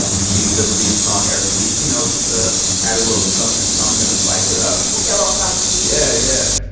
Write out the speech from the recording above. um we use this theme song every week, you know, just to add a little something-something to spice it up yeah, get a little funky yeah. yeah